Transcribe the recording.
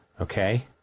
Okay